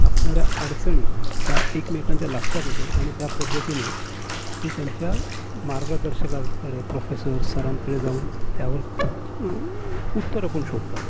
असणाऱ्या अडचणी ह्या एकमेकांच्या लक्षात येतात आणि त्या पद्धतीने ते त्यांच्या मार्गदर्शकांकडे प्रोफेसर सरांकडे जाऊन त्यावर उत्तरं पण शोधतात